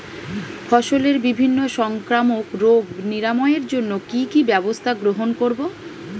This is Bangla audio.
ফসলের বিভিন্ন সংক্রামক রোগ নিরাময়ের জন্য কি কি ব্যবস্থা গ্রহণ করব?